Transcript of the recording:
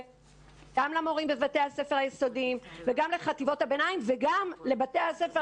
גם למורים בבתי הספר היסודיים וגם לחטיבות הביניים וגם לבתי הספר